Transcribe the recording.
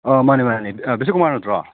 ꯑꯥ ꯃꯥꯅꯦ ꯃꯥꯅꯦ ꯕꯤꯁꯀꯨꯃꯥꯔ ꯅꯠꯇ꯭ꯔꯣ